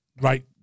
right